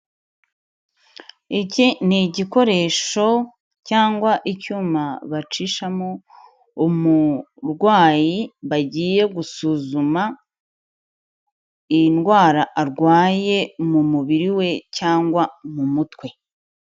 Iki ni igikoresho cyangwa icyuma bacishamo umurwayi bagiye gusuzuma indwara arwaye mu mubiri we cyangwa mu mutwe.